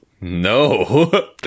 No